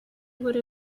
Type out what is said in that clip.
would